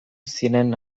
ziren